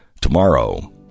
tomorrow